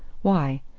why?